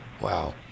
Wow